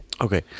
okay